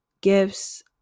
gifts